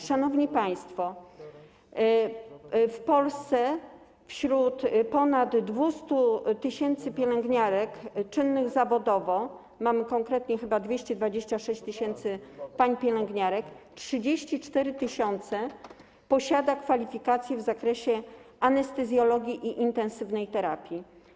Szanowni państwo, w Polsce na ponad 200 tys. pielęgniarek czynnych zawodowo - konkretniej mamy chyba 226 tys. pań pielęgniarek - 34 tys. posiada kwalifikacje w zakresie anestezjologii i intensywnej terapii.